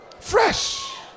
fresh